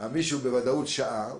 בוודאות שהה,